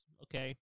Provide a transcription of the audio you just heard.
okay